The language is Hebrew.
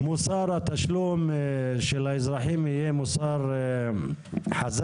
שמוסר התשלום של האזרחים יהיה מוסר גבוה,